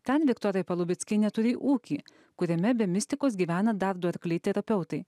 ten viktorija palubeckienė turi ūkį kuriame be mistikos gyvena dar du arkliai terapeutai